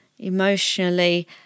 Emotionally